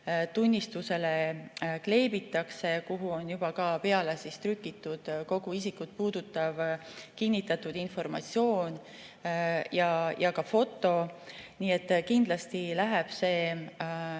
tunnistusele kleebitakse, kuhu on juba peale trükitud kogu isikut puudutav kinnitatud informatsioon ja ka foto. Nii et kindlasti läheb see